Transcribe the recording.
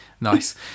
Nice